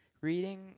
Reading